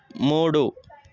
మూడు